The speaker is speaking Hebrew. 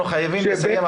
אנחנו חייבים לסיים,